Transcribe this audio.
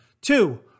Two